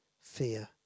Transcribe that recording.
fear